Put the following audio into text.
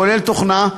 כולל תוכנה,